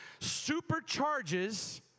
supercharges